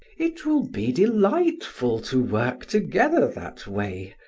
it will be delightful to work together that way.